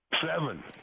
Seven